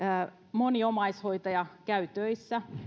moni omaishoitaja käy töissä